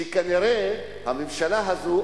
כנראה הממשלה הזאת,